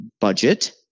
budget